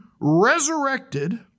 resurrected